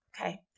okay